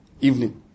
evening